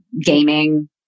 gaming